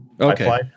okay